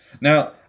Now